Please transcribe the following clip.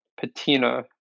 patina